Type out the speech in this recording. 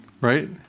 right